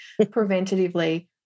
preventatively